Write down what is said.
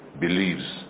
believes